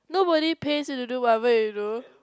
nobody pays you to do whatever you do